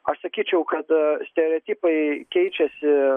aš sakyčiau kad stereotipai keičiasi